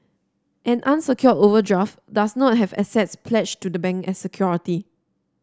an unsecured overdraft does not have assets pledged to the bank as security